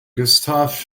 gustave